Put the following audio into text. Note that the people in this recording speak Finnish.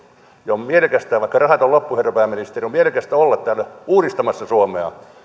vaikka rahat on loppu herra pääministeri on mielekästä olla täällä uudistamassa suomea